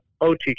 OT